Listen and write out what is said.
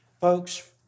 Folks